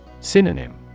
synonym